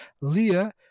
Leah